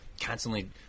constantly